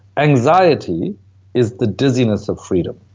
anxiety is the dizziness of freedom.